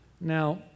Now